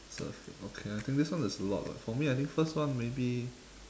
surfing okay I think this one there's a lot lah for me I think first one maybe